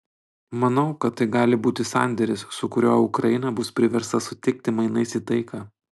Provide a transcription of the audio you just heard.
manau kad tai gali būti sandėris su kuriuo ukraina bus priversta sutikti mainais į taiką